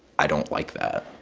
i don't like that